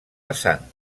vessant